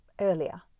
earlier